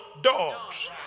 Dogs